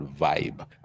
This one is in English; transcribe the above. vibe